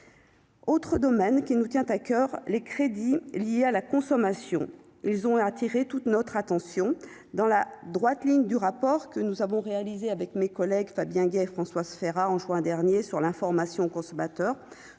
Autre domaine qui nous tient à coeur les crédits liés à la consommation, ils ont attiré toute notre attention dans la droite ligne du rapport que nous avons réalisé avec mes collègues Fabien Guez Françoise Férat, en juin dernier sur l'information consommateurs